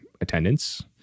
attendance